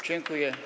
Dziękuję.